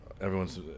Everyone's